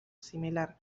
similar